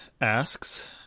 asks